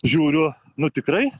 žiūriu nu tikrai